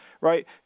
Right